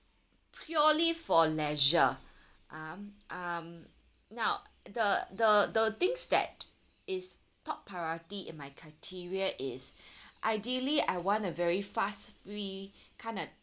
purely for leisure um um now the the the things that is top priority in my criteria is ideally I want a very fuss free kind of